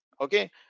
okay